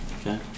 Okay